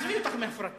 עזבי אותך מהפרטה.